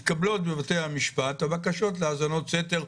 מתקבלות בבתי המשפט הבקשות להאזנות סתר.